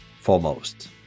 foremost